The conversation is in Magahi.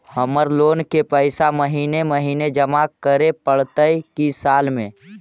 हमर लोन के पैसा महिने महिने जमा करे पड़तै कि साल में?